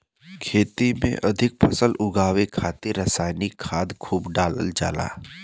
खेती में अधिक फसल उगावे खातिर रसायनिक खाद खूब डालल जाला